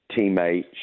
teammate